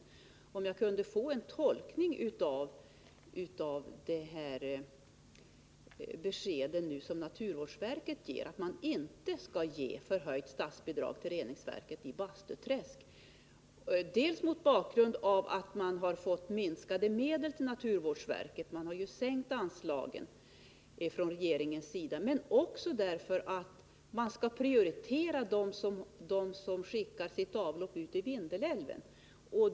Jag vore därför tacksam om jag kunde få en tolkning av det besked som naturvårdsverket har gett. Verket tänker alltså inte ge förhöjt statsbidrag för reningsverket i Bastuträsk, dels mot bakgrund av att man från regeringens sida har sänkt anslagen till naturvårdsverket, dels därför att verket skall prioritera de kommuner som skickar ut sitt avlopp i Vindelälven.